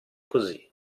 così